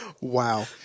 wow